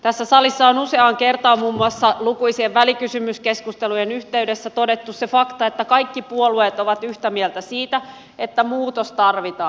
tässä salissa on useaan kertaan muun muassa lukuisien välikysymyskeskusteluiden yhteydessä todettu se fakta että kaikki puolueet ovat yhtä mieltä siitä että muutos tarvitaan